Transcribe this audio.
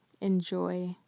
enjoy